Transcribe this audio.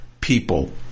people